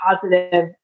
positive